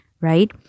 right